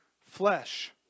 flesh